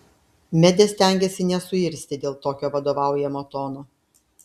medė stengėsi nesuirzti dėl tokio vadovaujamo tono